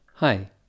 Hi